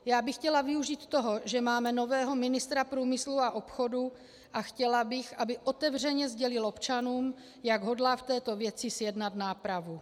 Já bych chtěla využít toho, že máme nového ministra průmyslu a obchodu, a chtěla bych, aby otevřeně sdělil občanům, jak hodlá v této věci zjednat nápravu.